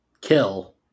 Kill